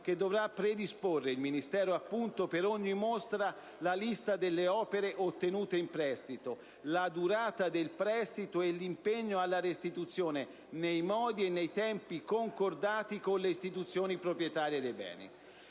dovrà predisporre per ogni mostra la lista delle opere ottenute in prestito, la durata del prestito e l'impegno alla restituzione nei modi e nei tempi concordati con le istituzioni proprietarie dei beni.